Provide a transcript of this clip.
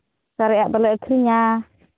ᱥᱟᱨᱮᱡ ᱟᱜ ᱫᱚᱞᱮ ᱟᱹᱠᱷᱨᱤᱧᱟ